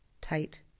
Tight